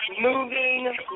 moving